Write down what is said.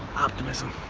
optimism.